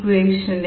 5 D m1 1 SiSiKs0